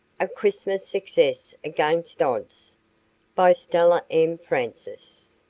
a christmas success against odds by stella m. francis